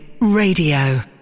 Radio